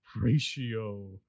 ratio